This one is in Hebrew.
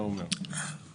מה אמרת?